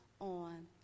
On